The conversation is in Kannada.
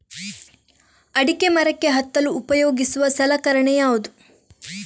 ಅಡಿಕೆ ಮರಕ್ಕೆ ಹತ್ತಲು ಉಪಯೋಗಿಸುವ ಸಲಕರಣೆ ಯಾವುದು?